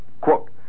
Quote